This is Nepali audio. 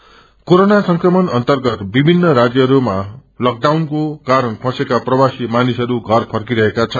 डिसक्रिमिनेशन कोरोना संक्रमण अर्न्गत विभिन्न राज्यहरूमालकडाउनको कारण फँसेका प्रवासी मानिसहरू घर फर्किरहेका छन्